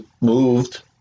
moved